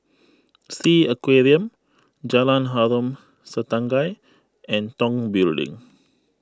Sea Aquarium Jalan Harom Setangkai and Tong Building